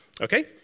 okay